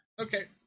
Okay